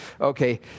Okay